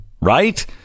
Right